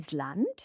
Island